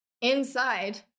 Inside